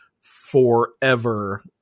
forever